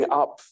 up